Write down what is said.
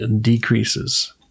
decreases